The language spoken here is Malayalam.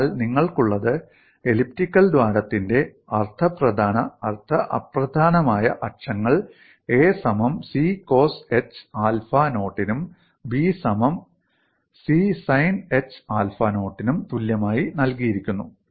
അതിനാൽ നിങ്ങൾക്കുള്ളത് എലിപ്റ്റിക്കൽ ദ്വാരത്തിന്റെ അർദ്ധ പ്രധാന അർദ്ധ അപ്രധാനമായ അക്ഷങ്ങൾ a സമം c കോസ് h ആൽഫ നോട്ടിനും b സമം c സൈൻ h ആൽഫ നോട്ടിനും തുല്യമായി നൽകിയിരിക്കുന്നു